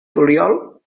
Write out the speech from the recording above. juliol